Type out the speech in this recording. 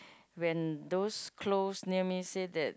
when those close near me say that